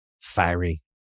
fiery